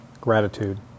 Gratitude